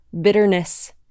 bitterness